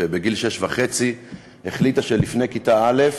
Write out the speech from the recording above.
שבגיל שש וחצי החליטה שלפני כיתה א'